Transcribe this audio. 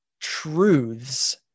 truths